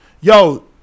yo